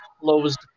closed